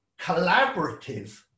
collaborative